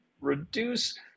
reduce